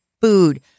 food